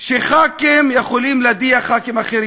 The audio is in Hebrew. שחברי כנסת יכולים להדיח חברי כנסת אחרים,